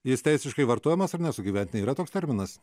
jis teisiškai vartojamas ar ne sugyventiniai yra toks terminas